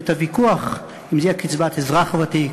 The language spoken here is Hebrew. ואת הוויכוח אם זה יהיה קצבת אזרח ותיק,